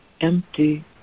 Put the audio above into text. empty